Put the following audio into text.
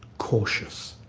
cautious,